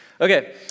Okay